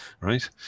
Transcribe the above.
right